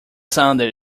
sunday